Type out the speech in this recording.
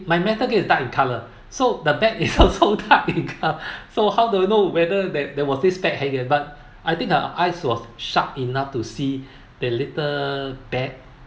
my metal gate is dark in colour so the bat is also dark in colour so how do I know whether that there was this bat hanging but I think our eyes was sharp enough to see the little bat